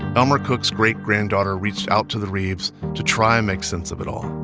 elmer cook's great granddaughter reached out to the reebs to try and make sense of it all.